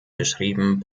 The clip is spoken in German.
beschrieben